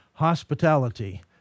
Hospitality